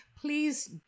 please